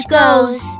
goes